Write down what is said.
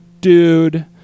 dude